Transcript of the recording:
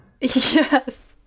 Yes